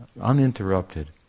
uninterrupted